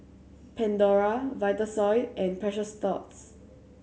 Pandora Vitasoy and Precious Thots